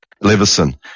Levison